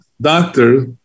doctor